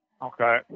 Okay